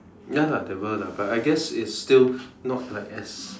ya lah there were lah but I guess it's still not like as